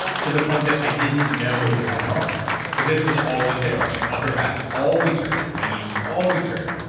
to the point that i didn't know it was abnormal because it it was always there. like my upper back always hurt, my knees always hurt,